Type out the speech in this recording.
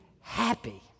happy